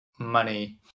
money